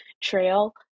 trail